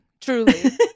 truly